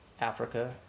Africa